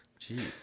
Jeez